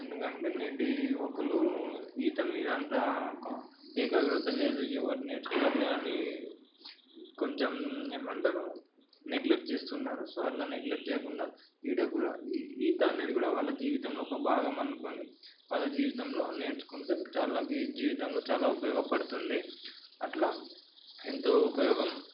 ఎందుకంటే నేటి యువకులు ఈత మీద అంత ఏకాగ్రత లేదు ఎవరు నేర్చుకుంటారులే అని కొంచెం ఏమంటారు నెగ్లెక్ట్ చేస్తున్నారు సో అట్లా నెగ్లెక్ట్ చేయకుండా ఈడ కూడా ఈత అనేది కూడా వాళ్ళ జీవితంలో ఒక భాగం అనుకొని వాళ్ళ జీవితంలో నేర్చుకుంటే వాళ్ళకి జీవితంలో చాలా ఉపయోగపడుతుంది అట్లా ఎంతో ఉపయోగం